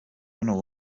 hano